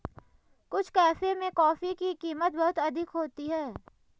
कुछ कैफे में कॉफी की कीमत बहुत अधिक होती है